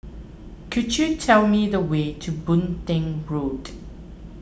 could you tell me the way to Boon Teck Road